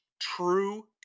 True